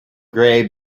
grey